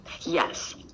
Yes